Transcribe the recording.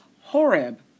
Horeb